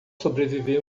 sobreviver